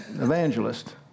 evangelist